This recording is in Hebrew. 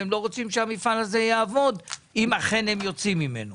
שהם לא רוצים שהמפעל הזה יעבוד אם אכן הם יוצאים ממנו.